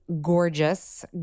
gorgeous